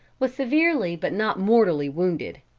was severely but not mortally wounded.